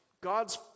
God's